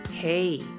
Hey